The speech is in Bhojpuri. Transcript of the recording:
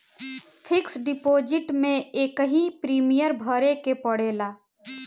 फिक्स डिपोजिट में एकही प्रीमियम भरे के पड़ेला